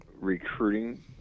recruiting